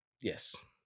yes